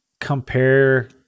compare